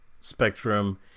spectrum